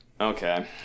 okay